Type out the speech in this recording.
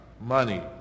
money